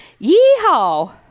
Yeehaw